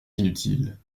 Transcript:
inutiles